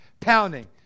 Pounding